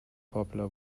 popular